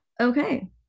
Okay